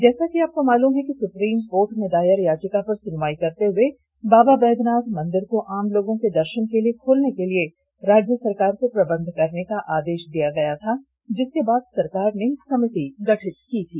जैसा कि आपको मालूम हो सुप्रीम कोर्ट में दायर याचिका पर सुनवाई करते हुए बाबा बैधनाथ मंदिर को आम लोगों के दर्शन के लिए खोलने के लिए राज्य सरकार को प्रबंध करने का आदेश दिया था जिसके बाद सरकार ने समिति गठित की थी